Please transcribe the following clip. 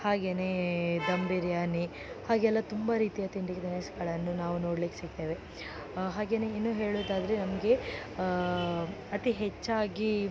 ಹಾಗೆಯೇ ಧಮ್ ಬಿರಿಯಾನಿ ಹಾಗೆಲ್ಲ ತುಂಬ ರೀತಿಯ ತಿಂಡಿ ತಿನಿಸುಗಳನ್ನು ನಾವು ನೋಡ್ಲಿಕ್ಕೆ ಸಿಕ್ತೇವೆ ಹಾಗೆಯೇ ಇನ್ನೂ ಹೇಳೋದಾದ್ರೆ ನಮಗೆ ಅತಿ ಹೆಚ್ಚಾಗಿ